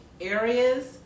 areas